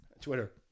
Twitter